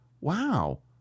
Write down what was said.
wow